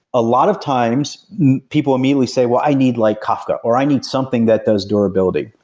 a lot of times people immediately say, well, i need like kafka or i need something that does durability.